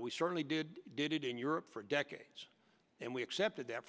we certainly did did it in europe for decades and we accepted that